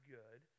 good